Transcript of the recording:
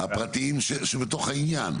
הפרטיים שבתוך העניין?